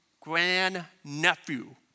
grandnephew